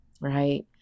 right